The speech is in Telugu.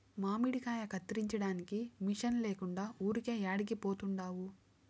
మామిడికాయ కత్తిరించడానికి మిషన్ లేకుండా ఊరికే యాడికి పోతండావు